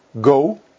go